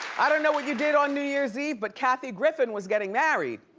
i don't know what you did on new year's eve, but kathy griffin was getting married.